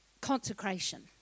Consecration